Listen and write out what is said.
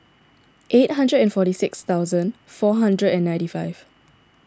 eight hundred and forty six thousand four hundred and ninety five